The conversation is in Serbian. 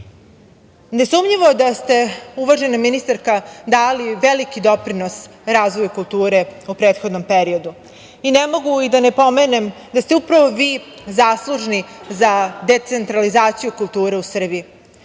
je da ste uvažena ministarka dali veliki doprinos razvoju kulture u prethodnom periodu. Ne mogu da ne pomenem, da ste upravo vi zaslužni za decentralizaciju kulture u Srbiji,